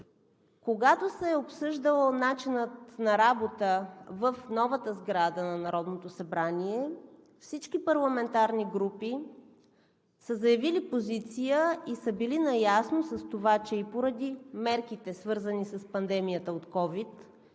когато се е обсъждал начинът на работа в новата сграда на Народното събрание, всички парламентарни групи са заявили позиция и са били наясно с това, че поради мерките, свързани с пандемията от COVID